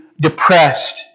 depressed